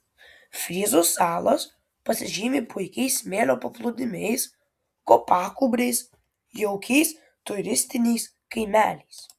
fryzų salos pasižymi puikiais smėlio paplūdimiais kopagūbriais jaukiais turistiniais kaimeliais